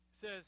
says